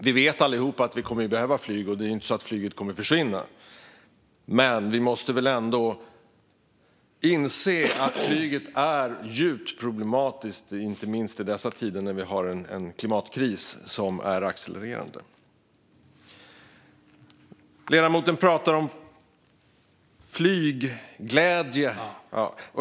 Vi vet allihop att vi kommer att behöva flyg och att flyget inte kommer att försvinna, men vi måste ändå inse att flyget är djupt problematiskt, inte minst i dessa tider när vi har en klimatkris som är accelererande. Ledamoten pratar om flygglädje.